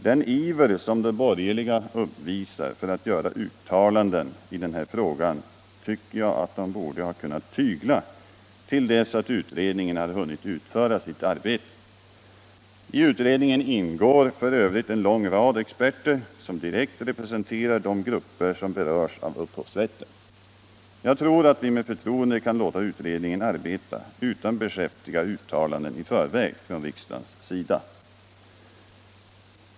Den iver som de borgerliga uppvisar att göra uttalanden i denna fråga tycker jag att de borde ha kunnat tygla till dess att utredningen har hunnit utföra sitt arbete. I utredningen ingår f. ö. en lång rad experter som direkt representerar de grupper som berörs av upphovsrätten. Jag tror att vi med förtroende kan låta utredningen arbeta utan beskäftiga uttalanden i förväg från riksdagens sida.